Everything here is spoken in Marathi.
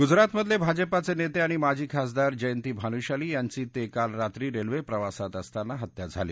गुजरातमधले भाजपाचे नेते आणि माजी खासदार जयंती भानुशाली यांची ते काल रात्री रेल्वे प्रवासात असताना हत्या झाली